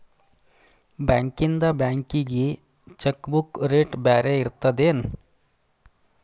ಬಾಂಕ್ಯಿಂದ ಬ್ಯಾಂಕಿಗಿ cheque book rate ಬ್ಯಾರೆ ಇರ್ತದೇನ್